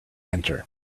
enter